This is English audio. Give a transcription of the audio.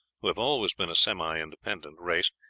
who have always been a semi-independent race,